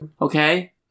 Okay